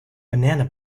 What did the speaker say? banana